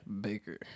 Baker